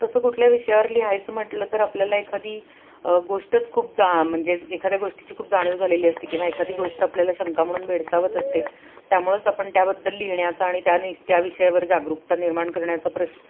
तसं कुठल्या विषयावर लिहायचं म्हटलं तर आपल्याला एखादी गोष्टच खूप जा म्हणजेच एखाद्या गोष्टीची खूप जाणीव झालेली असते किंवा एखादी गोष्ट आपल्याला शंका म्हणून भेडसावत असते त्यामुळंच आपण त्याबद्दल लिहिण्याचा आणि त्या नि त्या विषयावर जागरूकता निर्माण करण्याचा प्रश्